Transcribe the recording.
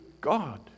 God